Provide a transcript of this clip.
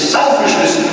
selfishness